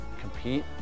compete